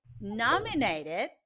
nominated